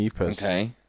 okay